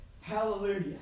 Hallelujah